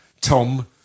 Tom